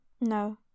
No